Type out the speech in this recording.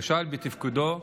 כשל בתפקודו,